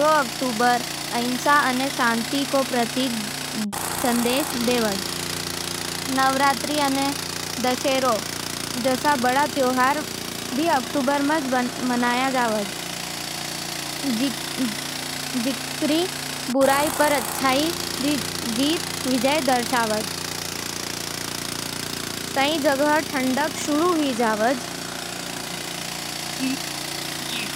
दो अक्टूबर अहिंसा अने शांति रो संदेश देवज। नवरात्रि अने दशहरा जसो बड़े त्यौहार मनावै, जिकरो बुराई पर अच्छाई रो विजय दर्शावैज। कई जगह ठंडक शुरू होण लागे, अने मौसम सुहावनो होवज।